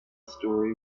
story